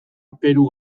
peru